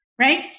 right